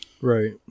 right